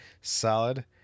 Solid